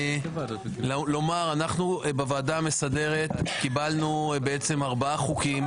אנחנו בוועדה המסדרת קיבלנו ארבעה חוקים,